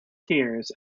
tears